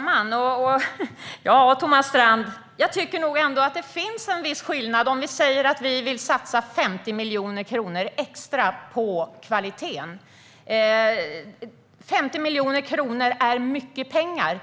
Fru talman! Jag tycker nog ändå att det finns en viss skillnad, Thomas Strand, om vi säger att vi vill satsa 50 miljoner kronor extra på kvaliteten. 50 miljoner kronor är mycket pengar.